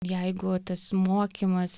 jeigu tas mokymas